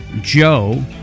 joe